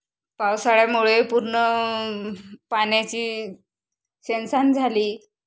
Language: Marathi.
पावसाळ्यामुळे पूर्ण पाण्याची शेनसन झाली